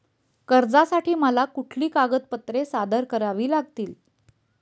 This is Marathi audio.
कर्जासाठी मला कुठली कागदपत्रे सादर करावी लागतील?